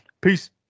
Peace